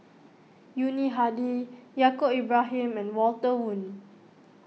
Yuni Hadi Yaacob Ibrahim and Walter Woon